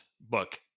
book